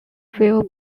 will